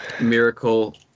Miracle